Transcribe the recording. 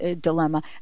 dilemma